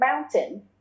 mountain